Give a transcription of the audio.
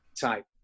type